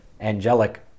angelic